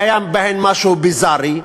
היה בהן משהו ביזארי,